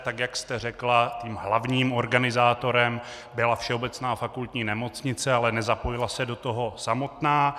Tak jak jste řekla, hlavním organizátorem byla Všeobecná fakultní nemocnice, ale nezapojila se do toho samotná.